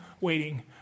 waiting